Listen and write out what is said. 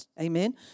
amen